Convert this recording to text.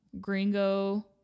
gringo